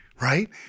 right